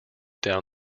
down